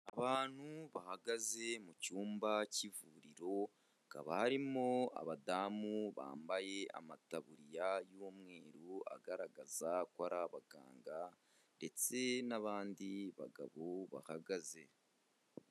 Abantu bahagaze mu cyumba cy'ivuriro, hakaba harimo abadamu bambaye amataburiya y'umweru agaragaza ko ari abaganga ndetse n'abandi bagabo bahagaze.